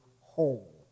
whole